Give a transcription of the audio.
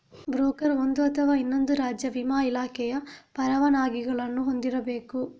broker ಒಂದು ಅಥವಾ ಇನ್ನೊಂದು ರಾಜ್ಯ ವಿಮಾ ಇಲಾಖೆಯ ಪರವಾನಗಿಗಳನ್ನು ಹೊಂದಿರಬೇಕು